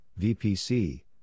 VPC